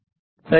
सही है